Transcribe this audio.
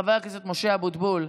חבר הכנסת משה אבוטבול,